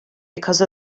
because